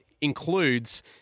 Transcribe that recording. includes